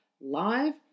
Live